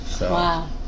Wow